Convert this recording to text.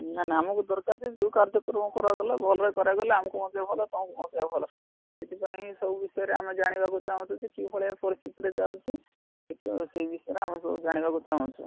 ନା ନା ଆମକୁ ଦରକାର ଯେ ଯେଉଁ କାର୍ଯ୍ୟକ୍ରମ କରାଗଲା ଭଲରେ କରାଗଲେ ଆମକୁ ମଧ୍ୟ ଭଲ ତୁମକୁ ମଧ୍ୟ ଭଲ ସେଥିପାଇଁ ସବୁ ବିଷୟରେ ଆମେ ଜାଣିବାକୁ ଚାହୁଁଛୁ କି ଭଳିଆ ପରିସ୍ଥିତିରେ ଚାଲିଛି ସେ ବିଷୟରେ ଆମେ ସବୁ ଜାଣିବାକୁ ଚାହୁଁଛୁ